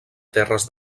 terres